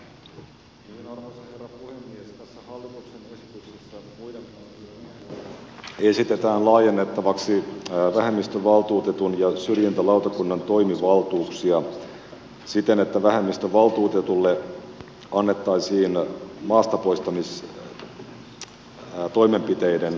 tässä hallituksen esityksessä muiden asioiden ohella esitetään laajennettavaksi vähemmistövaltuutetun ja syrjintälautakunnan toimivaltuuksia siten että vähemmistövaltuutetulle annettaisiin maastapoistamistoimenpiteiden valvonta